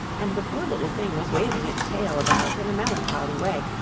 and the poor little thing was waving its tail about in a melancholy way,